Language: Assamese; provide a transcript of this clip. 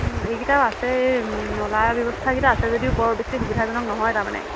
অঁ এইকেইটাও আছে এই নলা ব্যৱস্থাকেইটা আছে যদিও বৰ বেছি সুবিধাজনক নহয় তাৰমানে